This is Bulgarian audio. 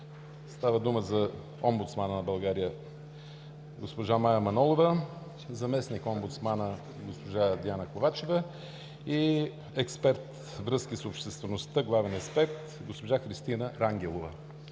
Става дума за омбудсмана на България госпожа Мая Манолова, заместник-омбудсмана госпожа Диана Ковачева и главен експерт „Връзки с обществеността“ госпожа Христина Рангелова.